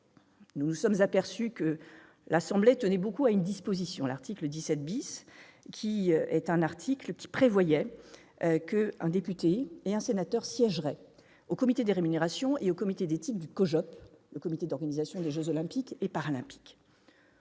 nous nous sommes aperçus que l'Assemblée nationale tenait beaucoup à une disposition prévue à l'article 17 , selon laquelle un député et un sénateur siégeraient au comité des rémunérations et au comité d'éthique du COJOP, le comité d'organisation des jeux Olympiques et Paralympiques.